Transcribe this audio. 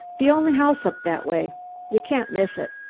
the only house up that way you can't miss it.